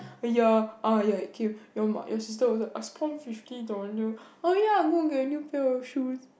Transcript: eh ya ah ya it came your your your sister will also I spent fifteen dollars oh ya I got a new pair of shoe